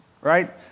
right